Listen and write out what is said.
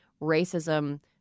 racism